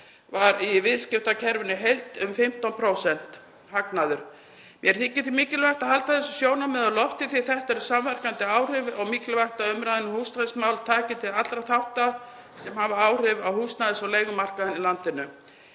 í viðskiptakerfinu um 15%. Mér þykir mikilvægt að halda þessum sjónarmiðum á lofti því þetta eru samverkandi áhrif og mikilvægt að umræðan um húsnæðismál taki til allra þátta sem hafa áhrif á húsnæðis- og leigumarkað í landinu.